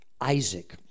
Isaac